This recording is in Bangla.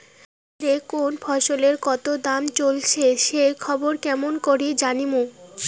বাজারে কুন ফসলের কতো দাম চলেসে সেই খবর কেমন করি জানীমু?